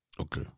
Okay